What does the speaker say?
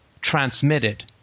transmitted